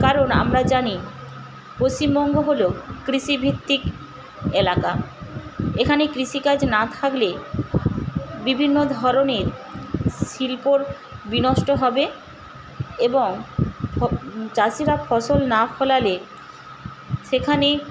কারণ আমরা জানি পশ্চিমবঙ্গ হল কৃষিভিত্তিক এলাকা এখানে কৃষিকাজ না থাকলে বিভিন্ন ধরনের শিল্প বিনষ্ট হবে এবং চাষীরা ফসল না ফলালে সেখানে